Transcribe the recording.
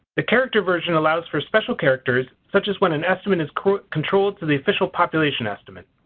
the character version allows for special characters such as when an estimate is controlled to the official population estimate.